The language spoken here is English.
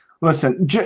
Listen